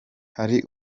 hari